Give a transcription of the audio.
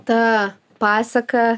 ta pasaka